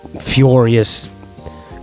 furious